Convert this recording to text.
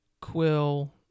Quill